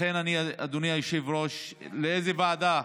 לכן אדוני היושב-ראש, לאיזה ועדה?